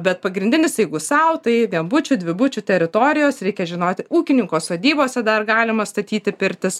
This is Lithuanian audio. bet pagrindinis jeigu sau tai vienbučių dvibučių teritorijos reikia žinoti ūkininko sodybose dar galima statyti pirtis